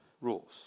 rules